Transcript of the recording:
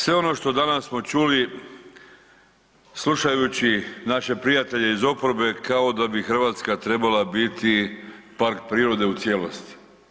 Sve ono što danas smo čuli slušajući naše prijatelje iz oporbe kao da bi Hrvatska trebala biti park prirode u cijelosti.